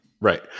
Right